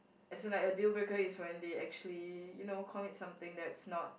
as in like a deal breaker is when they actually you know commit something that's not